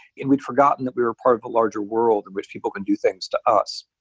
and we'd forgotten that we were part of a larger world in which people can do things to us,